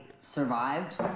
survived